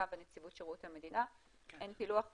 גם בנציבות שירות המדינה אין פילוח כזה.